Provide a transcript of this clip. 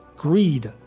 greed.